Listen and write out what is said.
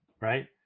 right